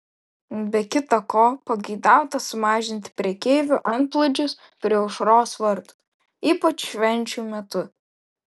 be kita ko pageidauta sumažinti prekeivių antplūdžius prie aušros vartų ypač švenčių metu